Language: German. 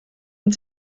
und